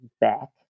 back